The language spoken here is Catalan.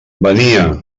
venia